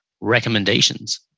recommendations